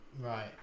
Right